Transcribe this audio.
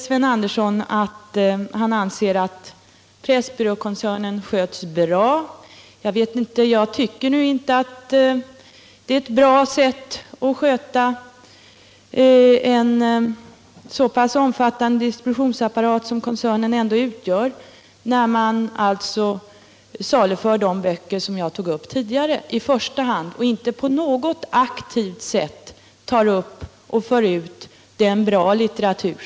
Sven Andersson anser att Pressbyråkoncernen sköts bra. Jag tycker nu inte att det är ett bra sätt att sköta en så omfattande distributionsapparat som koncernen ändå utgör att i första hand saluföra böcker av det slag jag tidigare nämnde och inte på något aktivt sätt försöka föra ut bra litteratur.